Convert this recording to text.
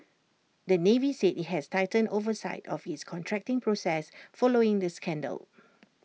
the navy said IT has tightened oversight of its contracting process following this scandal